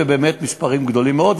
ובאמת מספרים גדולים מאוד,